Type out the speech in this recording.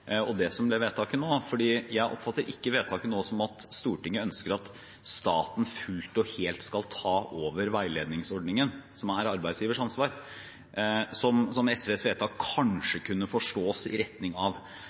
og det som blir vedtaket nå. Jeg oppfatter ikke vedtaket nå som at Stortinget ønsker at staten fullt og helt skal ta over veiledningsordningen – som er arbeidsgivers ansvar – som SVs forslag kanskje kunne forstås i retning av.